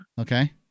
Okay